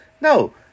No